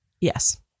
Yes